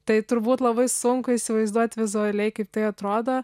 tai turbūt labai sunku įsivaizduot vizualiai kaip tai atrodo